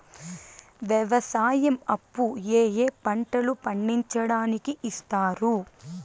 వ్యవసాయం అప్పు ఏ ఏ పంటలు పండించడానికి ఇస్తారు?